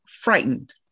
frightened